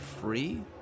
free